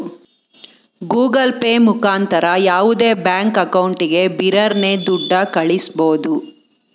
Google Pay ಮುಖಾಂತರ ಯಾವುದೇ bank ಅಕೌಂಟಿಗೆ ಬಿರರ್ನೆ ದುಡ್ಡ ಕಳ್ಳಿಸ್ಬೋದು